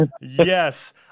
Yes